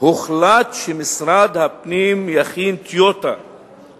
הוחלט שמשרד הפנים יכין טיוטה של